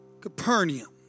Capernaum